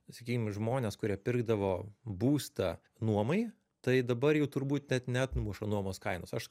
sakykim žmonės kurie pirkdavo būstą nuomai tai dabar jau turbūt net neatmuša nuomos kainos aš